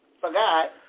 forgot